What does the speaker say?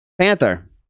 Panther